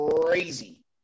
crazy